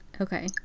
Okay